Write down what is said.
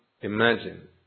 imagine